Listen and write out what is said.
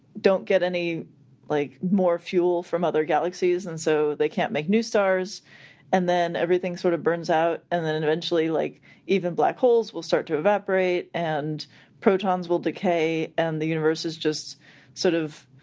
don't get any like more fuel from other galaxies and so they can't make new stars and then everything sort of burns out and then eventually like even black holes will start to evaporate and protons protons will decay and the universe is just sort of